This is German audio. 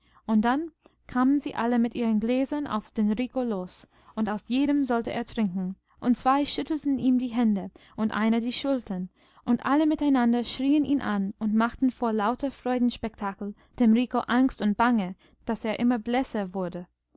und dann kamen sie alle mit ihren gläsern auf den rico los und aus jedem sollte er trinken und zwei schüttelten ihm die hände und einer die schultern und alle miteinander schrieen ihn an und machten vor lauter freudenspektakel dem rico angst und bange daß er immer blässer wurde